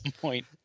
point